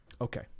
Okay